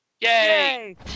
Yay